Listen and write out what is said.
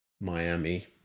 miami